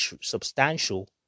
substantial